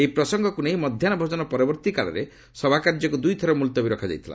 ଏହି ପ୍ରସଙ୍ଗକୁ ନେଇ ମଧ୍ୟାହ୍ନଭୋଜନ ପରବର୍ତ୍ତିକାଳରେ ସଭାକାର୍ଯ୍ୟକୁ ଦୁଇଥର ମୁଲତବୀ ରଖାଯାଇଥିଲା